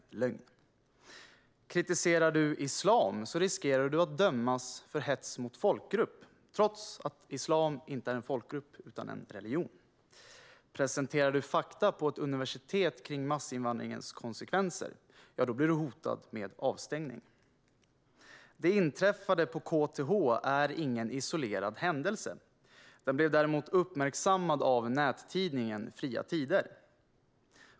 Den som kritiserar islam riskerar att dömas för hets mot folkgrupp trots att islam inte är en folkgrupp utan en religion. Den som på ett universitet presenterar fakta om massinvandringens konsekvenser blir hotad med avstängning. Det inträffade på KTH är ingen isolerad händelse, men den blev uppmärksammade av nättidningen Fria Tider.